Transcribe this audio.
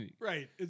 Right